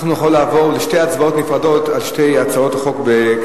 אנחנו נוכל לעבור לשתי הצבעות נפרדות בקריאה טרומית על שתי הצעות החוק.